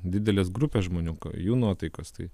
didelės grupės žmonių jų nuotaikos tai